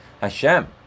Hashem